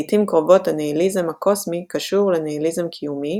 לעיתים קרובות הניהיליזם הקוסמי קשור לניהיליזם קיומי,